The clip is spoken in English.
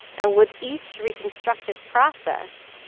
and with each reconstructive process,